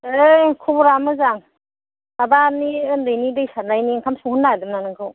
ओइ खबरा मोजां माबानि उन्दैनि दै सारनायनि ओंखाम संहोनो नागिरदोंमोन आं नोंखौ